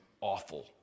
awful